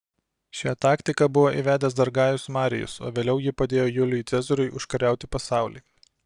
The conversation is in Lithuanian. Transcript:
šią taktiką buvo įvedęs dar gajus marijus o vėliau ji padėjo julijui cezariui užkariauti pasaulį